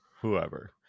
whoever